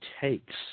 takes